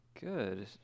Good